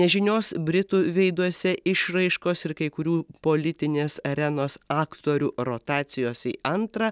nežinios britų veiduose išraiškos ir kai kurių politinės arenos aktorių rotacijos į antrą